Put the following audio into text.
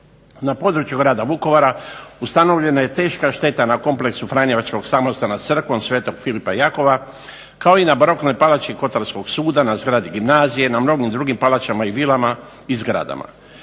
Na području grada Vukovara ustanovljena je teška šteta na kompleksu franjevačkog samostana s crkvom sv. Filipa Jakova, kao i na baroknoj palači hotelskog suda, na zgradi gimnazije, na mnogim drugim palačama i vilama i zgradama.